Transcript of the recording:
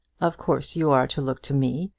of course you are to look to me.